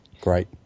great